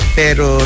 pero